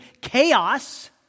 chaos